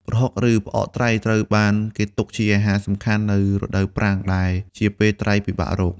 ប្រហុក ឬ ផ្អកត្រី ត្រូវបានគេទុកជាអាហារសំខាន់នៅរដូវប្រាំង ដែលជាពេលត្រីពិបាករក។